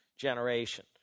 generation